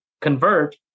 convert